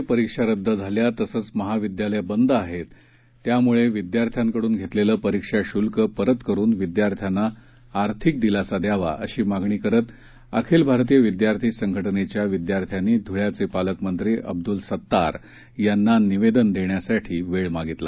कोरोनामुळे परीक्षा रद्द झाल्या तसंच महाविद्यालयं बंद आहेत त्यामुळे विद्यार्थ्यांकडून घेतलेलं परीक्षा शुल्क परत करुन विद्यार्थ्यांना आर्थिक दिलासा द्यावा अशी मागणी करत अखिल भारतीय विद्यार्थी संघटनेच्या विद्यार्थ्यांनी धुळ्याचे पालकमंत्री अब्दुल सत्तार यांना निवेदन देण्यासाठी वेळ मागितला